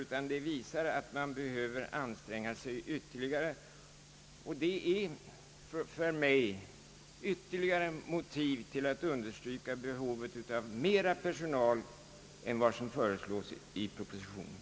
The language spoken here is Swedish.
De visar tvärtom att man behöver anstränga sig ytterligare, och det är för mig ytterligare motiv till att understryka behovet av mera personal än vad som föreslås i propositionen.